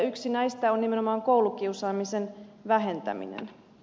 yksi näistä on nimenomaan koulukiusaamisen vähentäminen